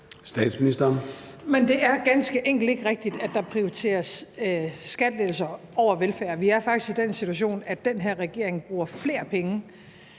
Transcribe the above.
Frederiksen): Men det er ganske enkelt ikke rigtigt, at der prioriteres skattelettelser over velfærd. Vi er faktisk i den situation, at den her regering bruger flere penge